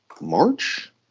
march